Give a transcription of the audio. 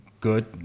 good